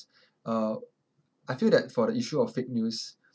uh I feel that for the issue of fake news